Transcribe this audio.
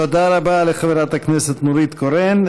תודה רבה לחברת הכנסת נורית קורן.